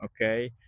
okay